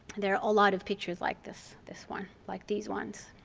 there are a lot of pictures like this this one, like these ones.